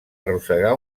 arrossegar